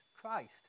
Christ